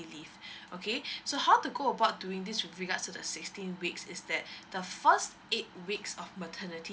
leave okay so how to go about doing this with regards to the sixteen weeks is that the first eight weeks of maternity